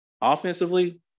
Offensively